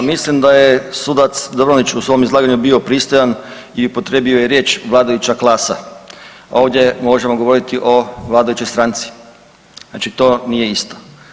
Pa mislim da je sudac Dobronić u svom izlaganju bio pristojan i upotrijebio je riječ vladajuća klasa, a ovdje možemo govoriti o vladajućoj stranci, znači to nije isto.